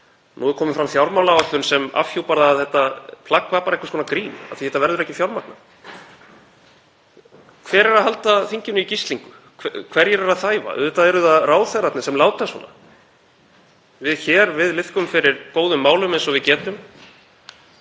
Nú er komin fram fjármálaáætlun sem afhjúpar að þetta plagg var einhvers konar grín af því að þetta verður ekki fjármagnað. Hver er að halda þinginu í gíslingu? Hverjir eru að þæfa? Auðvitað eru það ráðherrarnir sem láta svona. Við hér liðkum fyrir góðum málum eins og við getum,